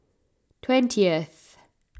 twentieth